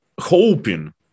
hoping